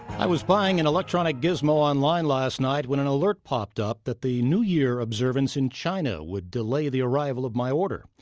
i was buying an electronic gizmo online last night, night, when an alert popped up that the new year observance in china would delay the arrival of my order.